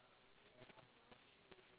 audition ah oh ya ya okay ya